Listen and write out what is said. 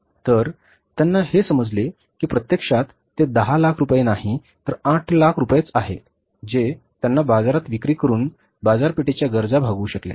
तर त्यांना हे समजले की प्रत्यक्षात ते दहा लाख रुपये नाही तर ते आठ लाख रुपयेच आहेत जे त्यांना बाजारात विक्री करून बाजारपेठेच्या गरजा भागवू शकतात